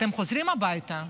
אתם חוזרים הביתה,